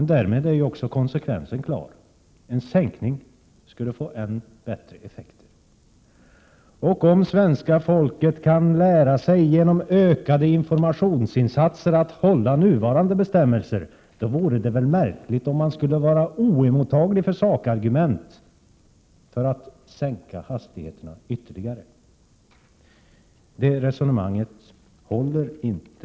Därmed är också konsekvensen klar: en sänkning av hastighetsgränserna skulle få än bättre effekter. Om svenska folket, genom ökade informationsinsatser, kan lära sig att respektera nuvarande hastighetsgränser, vore det väl märkligt om man skulle vara oemottaglig för sakargument för att sänka hastigheterna ytterligare. Anneli Hulthéns resonemang håller inte.